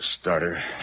starter